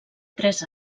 tres